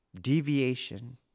deviation